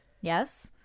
yes